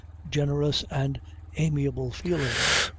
generous, and amiable feelings.